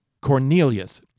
Cornelius